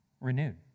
renewed